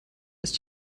ist